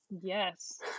Yes